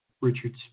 Richard